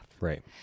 Right